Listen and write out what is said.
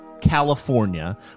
California